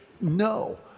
No